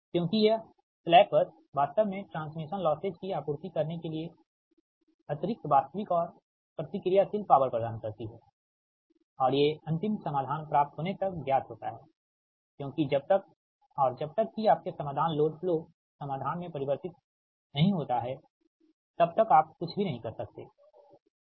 क्योंकि यह स्लैक बस वास्तव में ट्रांसमिशन लौसेज की आपूर्ति करने के लिए अतिरिक्त वास्तविक और प्रतिक्रियाशील पॉवर प्रदान करती है और ये अंतिम समाधान प्राप्त होने तक ज्ञात होता है क्योंकि जब तक और जब तक कि आपके समाधान लोड फ्लो समाधान में परिवर्तित नहीं होता है तब तक आप कुछ भी नहीं कर सकते ठीक है